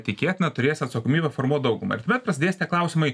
tikėtina turės atsakomybę formuot daugumą ir tuomet prasidės tie klausimai